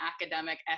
academic